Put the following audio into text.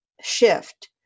shift